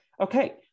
Okay